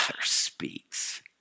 speaks